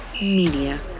media